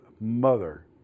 mother